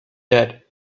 that